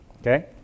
okay